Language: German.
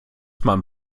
man